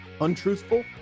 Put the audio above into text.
untruthful